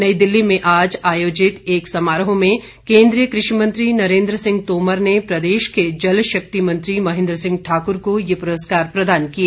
नई दिल्ली में आज आयोजित एक समारोह में केंद्रीय कृषि मंत्री नरेंद्र सिंह तोमर ने प्रदेश के जल शक्ति मंत्री महेंद्र सिंह ठाकुर को ये पुरस्कार प्रदान किए